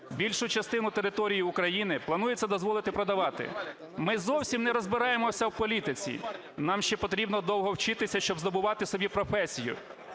більшу частину території України планується дозволити продавати. Ми зовсім не розбираємося в політиці. Нам ще потрібно довго вчитися, щоб здобувати собі професію.